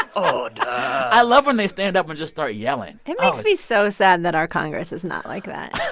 order i love when they stand up and just start yelling it makes me so sad that our congress is not like that right?